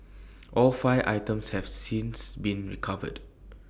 all five items have since been recovered